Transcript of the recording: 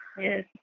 Yes